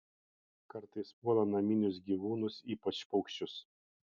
kartais puola naminius gyvūnus ypač paukščius